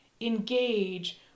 engage